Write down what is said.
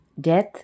Death